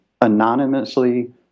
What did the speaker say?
anonymously